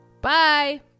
Bye